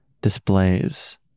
displays